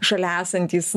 šalia esantys